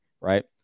right